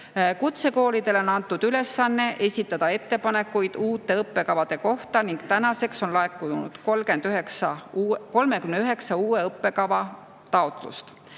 Kutsekoolidele on antud ülesanne esitada ettepanekuid uute õppekavade kohta ning tänaseks on laekunud 39 uue õppekava taotlused.